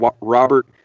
Robert